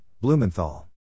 blumenthal